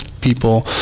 People